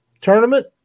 tournament